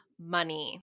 money